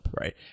right